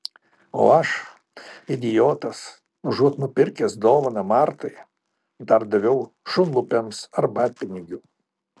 o aš idiotas užuot nupirkęs dovaną martai dar daviau šunlupiams arbatpinigių